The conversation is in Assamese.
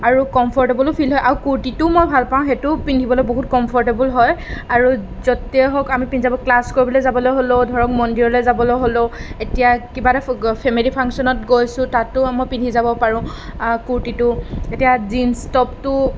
আৰু কমফৰ্টেবোলো ফিল হয় আৰু কুৰ্তিটোও মই ভাল পাওঁ সেইটোও পিন্ধিবলৈ বহুত কমফৰ্টেবোল হয় আৰু য'তেও হওক আমি পিন্ধি যাব ক্লাছ কৰিবলৈ যাবলৈ হ'লেও ধৰক মন্দিৰলৈ যাবলৈ হ'লেও এতিয়া কিবা এটা ফেমিলি ফাংচনত গৈছোঁ তাতো মই পিন্ধি যাব পাৰোঁ কুৰ্তিটো এতিয়া জীন্ছ টপটো